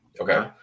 okay